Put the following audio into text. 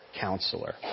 counselor